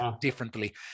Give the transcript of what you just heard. differently